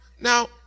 Now